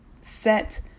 set